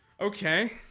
Okay